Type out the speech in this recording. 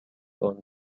owned